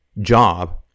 job